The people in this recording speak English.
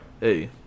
Hey